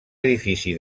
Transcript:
edifici